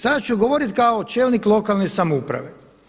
Sada ću govoriti kao čelnik lokalne samouprave.